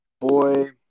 Boy